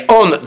on